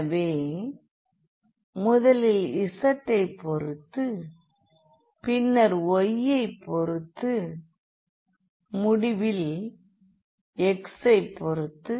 எனவே முதலில் z ஐ பொருத்து பின்னர் y ஐ பொருத்து மற்றும் முடிவில் x ஐ பொருத்து